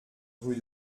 rue